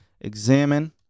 Examine